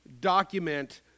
document